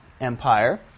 Empire